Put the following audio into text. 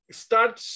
start